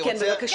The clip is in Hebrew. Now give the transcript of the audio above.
כן, בבקשה.